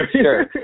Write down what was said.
sure